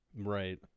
Right